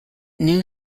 new